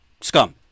scum